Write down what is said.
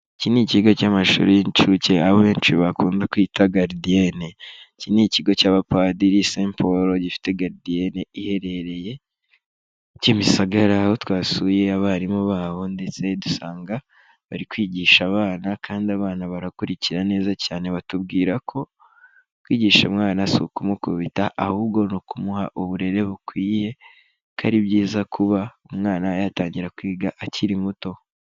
Iki ni ikigo cy'amashuri y'inshuke abenshi bakunda kwita garidiyene, iki ni ikigo cy'abapadiri Saint Paul gifite garidiyene iherereye Kimisagara, aho twasuye abarimu babo ndetse dusanga bari kwigisha abana, kandi abana barakurikira neza cyane, batubwira ko kwigisha umwana si ukumukubita ahubwo ni ukumuha uburere bukwiye, kuko ari byiza kuba umwana yatangira kwiga akiri muto.